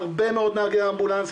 הרבה מאוד נהגי אמבולנס,